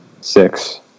Six